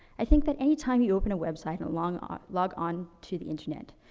i think that anytime you open a website and long on, log on to the internet,